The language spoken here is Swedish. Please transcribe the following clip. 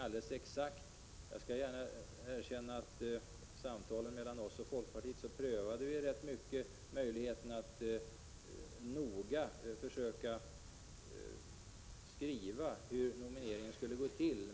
Jag skall gärna erkänna att socialdemokraterna och folkpartiet vid sina samtal prövade möjligheten att mycket noga beskriva hur nomineringen skulle gå till.